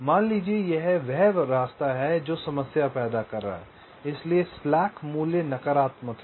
मान लीजिए कि यह वह रास्ता है जो समस्या पैदा कर रहा है जिसके लिए स्लैक मूल्य नकारात्मक है